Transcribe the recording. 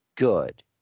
Good